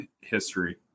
history